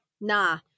nah